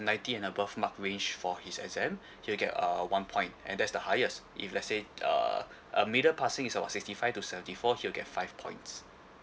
ninety and above mark range for his exam he'll get a one point and that's the highest if let say the a middle passing is about sixty five to seventy four he'll get five points